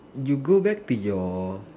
you go back to your